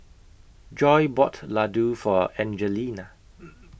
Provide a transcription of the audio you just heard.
Joy bought Ladoo For Angelina